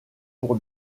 pour